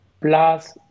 plus